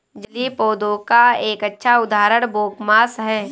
जलीय पौधों का एक अच्छा उदाहरण बोगमास है